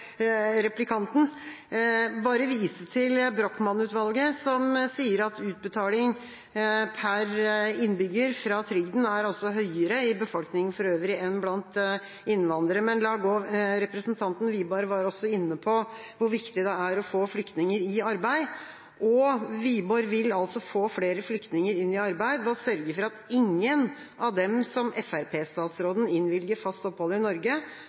replikanten. Jeg vil bare vise til Brochmann-utvalget, som sier at utbetaling per innbygger fra trygden er høyere i befolkningen for øvrig enn blant innvandrere, men la gå. Representanten Wiborg var også inne på hvor viktig det er å få flyktninger i arbeid. Wiborg vil altså få flere flyktninger inn i arbeid ved å sørge for at ingen av dem som Fremskrittsparti-statsråden innvilger fast opphold i Norge,